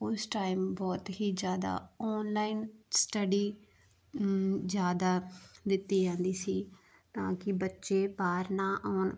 ਉਸ ਟਾਈਮ ਬਹੁਤ ਹੀ ਜ਼ਿਆਦਾ ਆਨਲਾਈਨ ਸਟੱਡੀ ਜ਼ਿਆਦਾ ਦਿੱਤੀ ਜਾਂਦੀ ਸੀ ਤਾਂ ਕਿ ਬੱਚੇ ਬਾਹਰ ਨਾ ਆਉਣ